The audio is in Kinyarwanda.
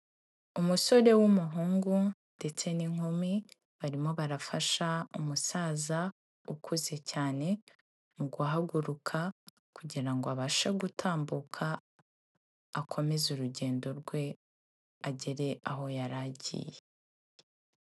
Umusore w'umuhungu ndetse n'inkumi barimo barafasha umusaza ukuze cyane mu guhaguruka kugira ngo abashe gutambuka akomeze urugendo rwe agere aho yari agiye.